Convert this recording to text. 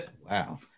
Wow